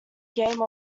game